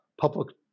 public